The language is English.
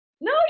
No